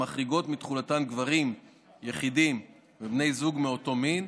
המחריגות מתחולתן גברים יחידים ובני זוג מאותו מין,